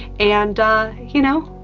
and you know,